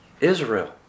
Israel